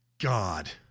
God